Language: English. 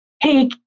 hey